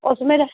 उसमें